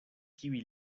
kiuj